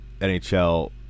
NHL